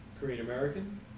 Korean-American